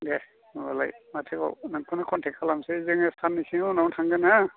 दे होनबालाय माथोबाव नोंखौनो कन्टेक्ट खालामनोसै जोङो साननैसोनि उनावनो थांगोन हो